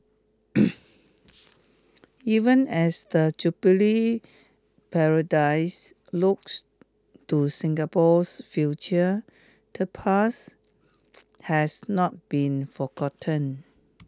even as the Jubilee paradise looks to Singapore's future the past has not been forgotten